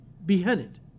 Beheaded